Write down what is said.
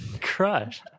Crush